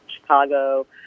Chicago